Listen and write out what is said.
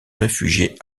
réfugiés